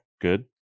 good